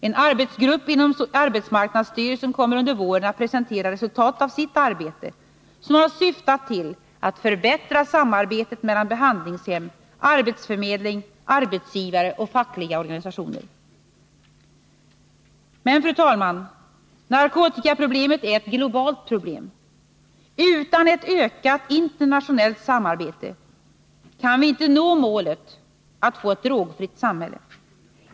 En arbetsgrupp inom arbetsmarknadsstyrelsen kommer under våren att presentera resultatet av sitt arbete, som har syftat till att förbättra samarbetet mellan behandlingshem, arbetsförmedling, arbetsgivare och fackliga organisationer. Men, fru talman, narkotikaproblemet är ett globalt problem. Utan ett ökat internationellt samarbete kan vi inte nå målet att få ett drogfritt samhälle.